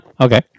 okay